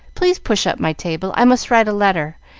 please push up my table. i must write a letter,